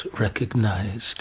recognized